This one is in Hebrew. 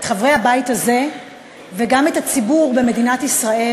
את חברי הבית הזה וגם את הציבור במדינת ישראל,